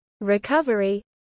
recovery